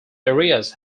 areas